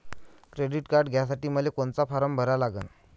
Credit card घ्यासाठी मले कोनचा फारम भरा लागन?